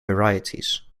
varieties